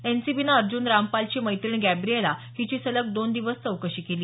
एनसीबीनं अर्ज्ञन रामपालची मैत्रीण गॅब्रिएला हीची सलग दोन दिवस चौकशी केली